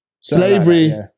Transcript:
Slavery